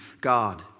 God